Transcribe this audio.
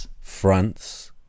France